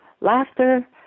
laughter